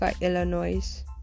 Illinois